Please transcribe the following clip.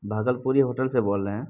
بھاگل پوری ہوٹل سے بول رہے ہیں